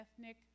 ethnic